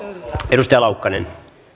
arvoisa